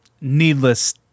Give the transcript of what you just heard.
needless